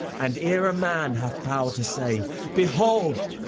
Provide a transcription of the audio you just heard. and ere a man hath power to say behold!